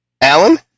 Alan